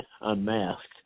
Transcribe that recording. unmasked